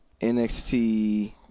NXT